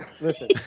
Listen